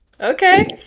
Okay